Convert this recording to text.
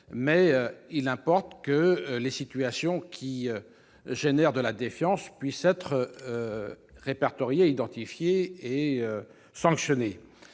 il importe que les situations engendrant une certaine défiance puissent être répertoriées, identifiées et sanctionnées.